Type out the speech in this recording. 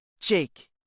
jake